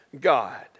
God